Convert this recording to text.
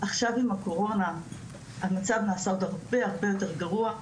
עכשיו עם הקורונה המצב נעשה עוד הרבה הרבה יותר גרוע,